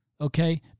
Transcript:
okay